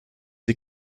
die